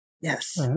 Yes